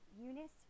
Eunice